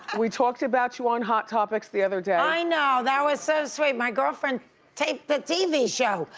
we talked about you on hot topics the other day. i know, that was so sweet. my girlfriend taped the tv show.